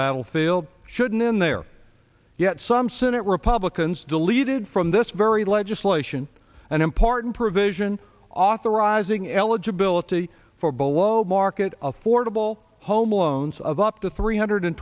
battlefield shouldn't in there yet some senate republicans deleted from this very legislation an important provision authorizing eligibility for below market affordable home loans of up to three hundred